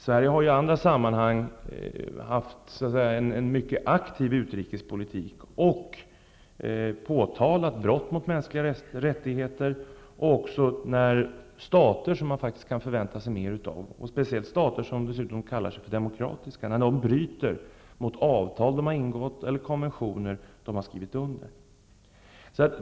Sverige har i andra sammanhang fört en mycket aktiv utrikespolitik och påtalat brott mot mänskliga rättigheter, också när stater som man kan förvänta sig mer av, speciellt sådana som kallar sig demokratiska, bryter mot avtal som de har ingått eller konventioner som de har skrivit under.